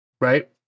right